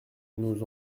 nous